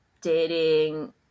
dating